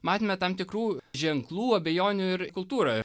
matėme tam tikrų ženklų abejonių ir kultūroj